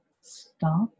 stop